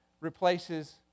replaces